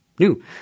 new